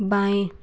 बाएं